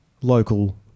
local